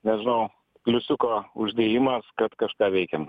nežinau pliusiuko uždėjimas kad kažką veikiam